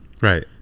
Right